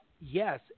yes